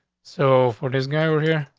so for this guy over here,